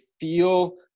feel